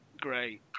great